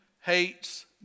hates